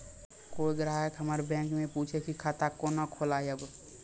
कोय ग्राहक हमर बैक मैं पुछे की खाता कोना खोलायब?